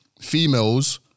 females